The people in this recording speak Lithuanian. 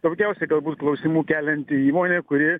daugiausiai galbūt klausimų kelianti įmonė kuri